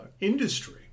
industry